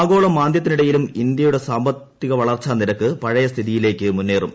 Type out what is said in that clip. ആഗോള മാന്ദ്യത്തിനിടയിലും ഇന്ത്യയുടെ സാമ്പത്തിക വളർച്ചാനിരക്ക് പഴയ സ്ഥിതിയിലേക്ക് മുന്നേറും